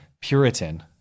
Puritan